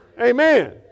amen